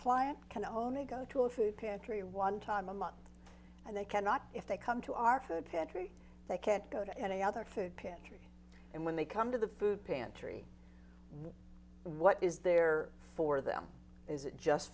client can all me go to a food pantry one time a month and they cannot if they come to our food pantry they can't go to any other food pantry and when they come to the food pantry what is there for them is it just